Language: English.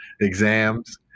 exams